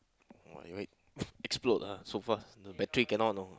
like explode lah so fast battery cannot know